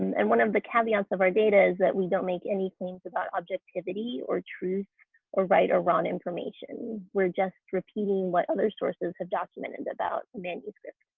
and one of the caveats of our data is that we don't make any claims about objectivity or truth or right or wrong information. we're just repeating what other sources of document and about manuscripts.